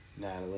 Natalie